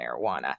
marijuana